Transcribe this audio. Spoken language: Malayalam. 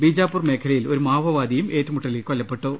ബീജാപ്പൂർ മേഖലയിൽ ഒരു മാവോ വാദിയും ഏറ്റുമുട്ടലിൽ കൊല്ലപ്പെട്ടു